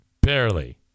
Barely